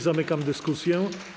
Zamykam dyskusję.